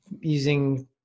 using